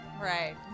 right